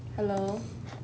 hello